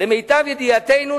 למיטב ידיעתנו,